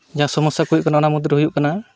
ᱡᱟᱦᱟᱸ ᱥᱚᱢᱚᱥᱥᱟ ᱠᱚ ᱦᱩᱭᱩᱜ ᱠᱟᱱᱟ ᱚᱱᱟ ᱢᱩᱫᱽᱨᱮ ᱦᱩᱭᱩᱜ ᱠᱟᱱᱟ